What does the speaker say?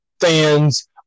fans